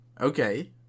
Okay